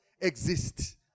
exist